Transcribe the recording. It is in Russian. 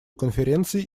конференцией